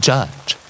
Judge